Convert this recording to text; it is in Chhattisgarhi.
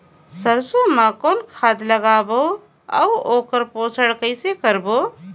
सरसो मा कौन खाद लगाबो अउ ओकर पोषण कइसे करबो?